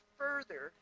further